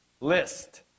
list